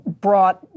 brought